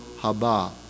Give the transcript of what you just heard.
Haba